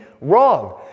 wrong